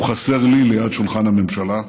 הוא חסר לי ליד שולחן הממשלה,